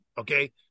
okay